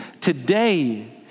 today